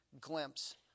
glimpse